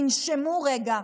תנשמו רגע,